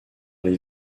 les